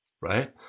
right